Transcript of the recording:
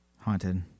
Haunted